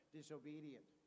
disobedient